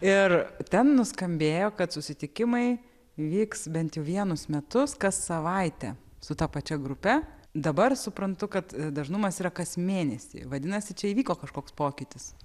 ir ten nuskambėjo kad susitikimai vyks bent jau vienus metus kas savaitę su ta pačia grupe dabar suprantu kad dažnumas yra kas mėnesį vadinasi čia įvyko kažkoks pokytis